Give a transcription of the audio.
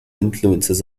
influences